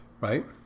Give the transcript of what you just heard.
right